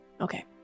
Okay